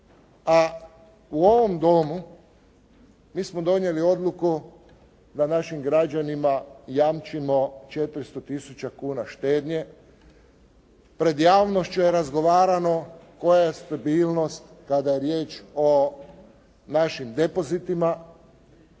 a u ovom Domu mi smo donijeli odluku da našim građanima jamčimo 400 tisuća kuna štednje, pred javnošću je razgovaramo koja je stabilnost kada je riječ o našim depozitima,